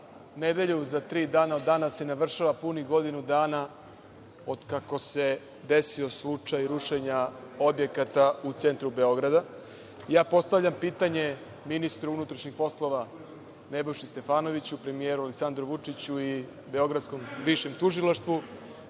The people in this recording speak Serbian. nedelju, za tri dana od danas se navršava punih godinu dana od kako se desio slučaj rušenja objekata u centru Beograda. Postavljam pitanje ministru unutrašnjih poslova, Nebojši Stefanoviću, premijeru Aleksandru Vučiću i Višem tužilaštvu